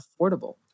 affordable